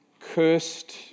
Cursed